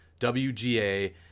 WGA